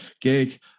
gig